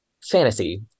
fantasy